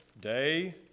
day